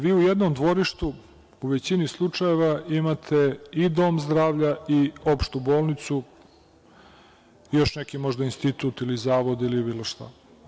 Vi u jednom dvorištu u većini slučajeva imate i dom zdravlja i opštu bolnicu, još možda neki institut, zavod ili bilo šta.